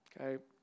Okay